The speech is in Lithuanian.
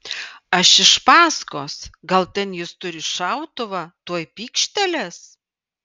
aš iš paskos gal ten jis turi šautuvą tuoj pykštelės